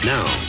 Now